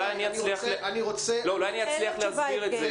אולי אני אצליח להסביר את זה.